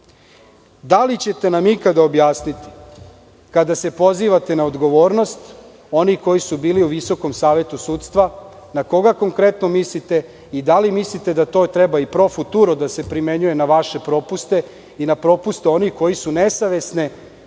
Da li ćete nam ikada objasniti, kada se pozivate na odgovornost, oni koji su bili u Visokom savetu sudstva, na koga konkretno mislite i da li mislite da to treba i pro futuro da se primenjuje na vaše propuste i na propuste onih koji su nesavesne